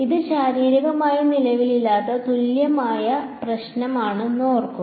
ഇത് ശാരീരികമായി നിലവിലില്ലാത്ത തുല്യമായ പ്രശ്നമാണെന്ന് ഓർക്കുക